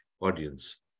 audience